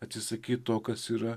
atsisakyt to kas yra